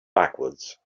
backwards